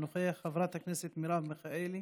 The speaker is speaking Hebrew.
אינו נוכח, חברת הכנסת מרב מיכאלי,